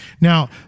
Now